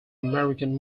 american